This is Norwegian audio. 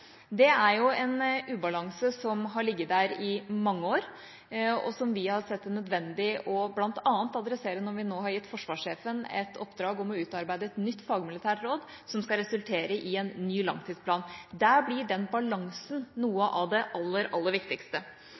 Det er en ubalanse som har ligget der i mange år, og som vi har sett det nødvendig å adressere, bl.a. når vi nå har gitt forsvarssjefen et oppdrag om å utarbeide et nytt fagmilitært råd, som skal resultere i en ny langtidsplan. Der blir den balansen noe av det aller viktigste.